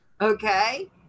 Okay